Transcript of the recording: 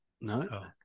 No